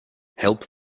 help